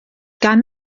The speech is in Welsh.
gan